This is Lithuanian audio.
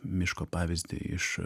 miško pavyzdį iš